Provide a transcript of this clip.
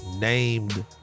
named